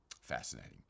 Fascinating